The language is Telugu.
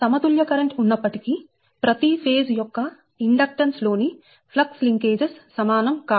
సమతుల్య కరెంట్ ఉన్నప్పటికీ ప్రతి ఫేజ్ యొక్క ఇండక్టెన్స్ లో ని ఫ్లక్స్ లింకేజెస్ సమానం కావు